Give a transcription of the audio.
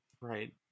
Right